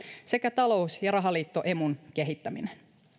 sekä talous ja rahaliitto emun kehittäminen